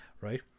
right